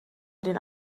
den